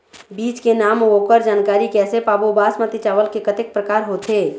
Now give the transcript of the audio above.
बीज के नाम अऊ ओकर जानकारी कैसे पाबो बासमती चावल के कतेक प्रकार होथे?